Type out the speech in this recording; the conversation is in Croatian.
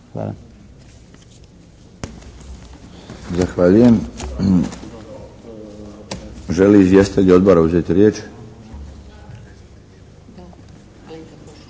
Hvala.